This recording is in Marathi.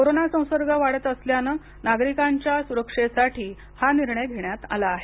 कोरोना संसर्ग वाढत असल्यानं नागरिकांच्या सुरक्षेसाठी हा निर्णय घेण्यात आला आहे